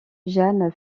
jeanne